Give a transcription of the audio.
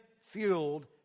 fueled